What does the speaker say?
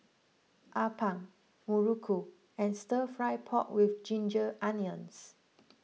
Appam Muruku and Stir Fried Pork with Ginger Onions